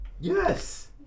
Yes